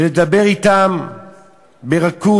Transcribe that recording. ולדבר אתם ברכות.